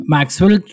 Maxwell